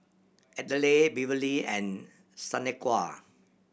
Ardelle Beverly and Shanequa